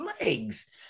legs